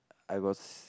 I was